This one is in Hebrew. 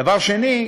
דבר שני,